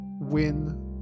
win